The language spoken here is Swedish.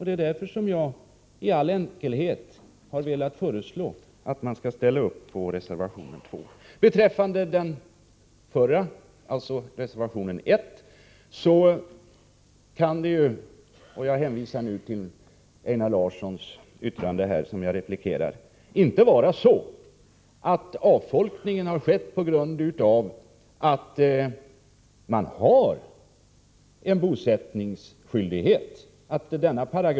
Det är därför som jag i all enkelhet föreslagit att man skall ställa upp för reservation 2. Beträffande reservation 1, som Einar Larssons berörde, kan det omöjligt vara så att avfolkningen hejdas av bosättningsskyldighet.